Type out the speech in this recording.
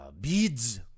Beads